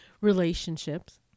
Relationships